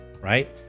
right